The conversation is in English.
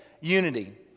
unity